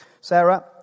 Sarah